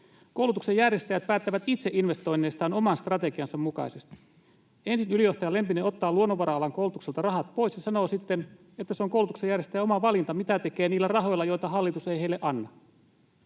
”Koulutuksen järjestäjät päättävät itse investoinneistaan oman strategiansa mukaisesti.” Ensin ylijohtaja Lempinen ottaa luonnonvara-alan koulutukselta rahat pois ja sanoo sitten, että se on koulutuksen järjestäjän oma valinta, mitä tekee niillä rahoilla, joita hallitus ei heille anna.